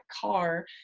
car